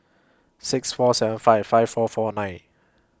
six four seven five five four four nine